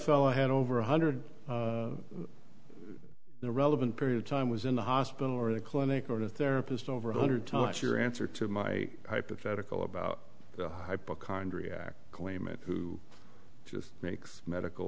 fellow had over one hundred the relevant period of time was in the hospital or the clinic or a therapist over a hundred times your answer to my hypothetical about the hypochondriac claimant who just makes medical